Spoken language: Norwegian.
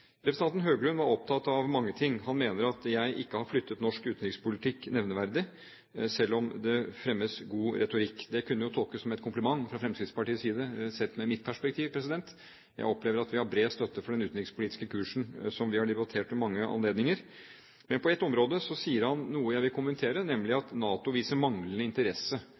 Representanten Høglund var opptatt av mange ting. Han mener at jeg ikke har flyttet norsk utenrikspolitikk nevneverdig, selv om det fremmes god retorikk. Det kunne jo tolkes som en kompliment fra Fremskrittspartiets side sett fra mitt perspektiv – jeg opplever at vi har bred støtte for den utenrikspolitiske kursen som vi har debattert ved mange anledninger. Men på ett område sier han noe jeg vil kommentere, nemlig at NATO viser manglende interesse